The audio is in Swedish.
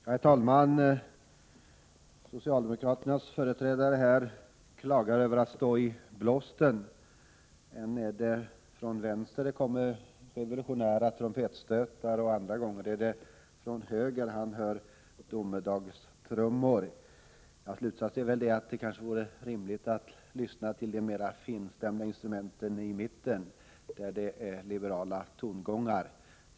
Herr talman! Socialdemokraternas företrädare här klagar över att stå i blåsten. Än är det från vänster det kommer revolutionära trumpetstötar, än är det från höger han hör domedagstrummor. Slutsatsen borde vara att det är rimligt att lyssna till de mera finstämda instrumenten i mitten, där det är liberala tongångar.